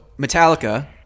Metallica